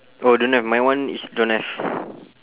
oh don't have my one is don't have